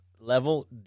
level